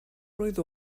mlwydd